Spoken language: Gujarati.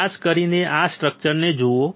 ખાસ કરીને આ સ્ટ્રક્ચરને જુઓ